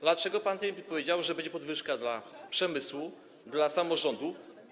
Dlaczego pan nie powiedział, że będą podwyżki dla przemysłu, dla samorządu?